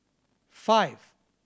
five